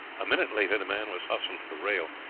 a minute later the man was hustled to the rail.